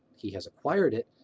he has acquired it,